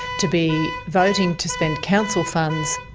to be voting to spend council funds,